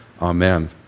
Amen